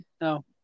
No